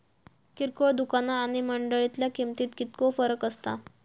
किरकोळ दुकाना आणि मंडळीतल्या किमतीत कितको फरक असता?